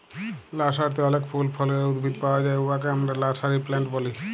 লার্সারিতে অলেক ফল ফুলের উদ্ভিদ পাউয়া যায় উয়াকে আমরা লার্সারি প্লান্ট ব্যলি